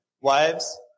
wives